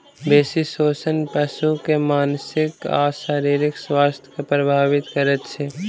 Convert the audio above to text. बेसी शोषण पशु के मानसिक आ शारीरिक स्वास्थ्य के प्रभावित करैत अछि